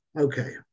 okay